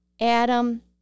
Adam